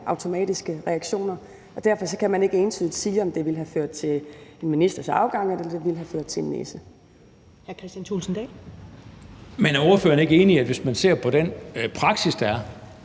automatiske reaktioner, og derfor kan man ikke entydigt sige, om det ville have ført til en ministers afgang eller det ville have ført til en næse. Kl. 15:23 Første næstformand (Karen Ellemann): Hr.